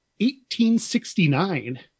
1869